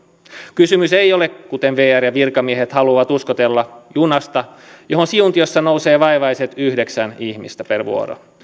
kysymys ei ole kuten vr ja virkamiehet haluavat uskotella junasta johon siuntiossa nousee vaivaiset yhdeksän ihmistä per vuoro